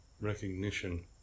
recognition